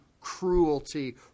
cruelty